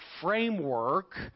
framework